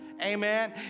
Amen